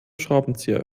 schraubenzieher